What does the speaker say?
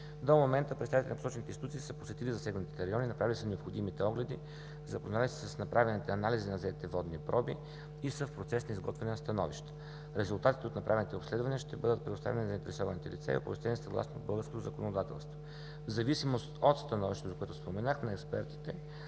До момента представители на посочените институции са посетили засегнатите райони, направили са необходимите огледи, запознали са се с направените анализи на взетите водни проби и са в процес на изготвяне на становище. Резултатите от направените обследвания ще бъдат предоставени на заинтересованите лица и оповестени съгласно българското законодателство. В зависимост от становището, за което споменах, на експертите,